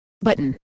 Button